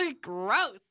Gross